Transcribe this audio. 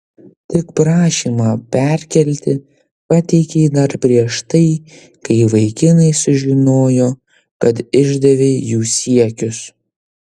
tik prašymą perkelti pateikei dar prieš tai kai vaikinai sužinojo kad išdavei jų siekius